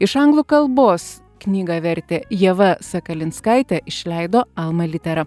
iš anglų kalbos knygą vertė ieva sakalinskaitė išleido alma litera